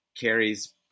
carries